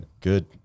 Good